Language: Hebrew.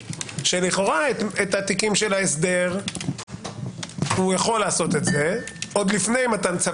שלכאורה את תיקי ההסדר הוא יכול לעשות זאת עוד לפני מתן צו